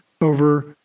over